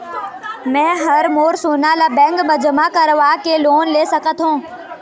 मैं हर मोर सोना ला बैंक म जमा करवाके लोन ले सकत हो?